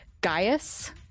gaius